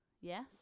Yes